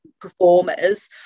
performers